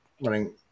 running